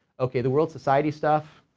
okay, the world society stuff,